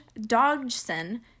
Dodgson